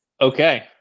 Okay